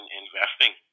investing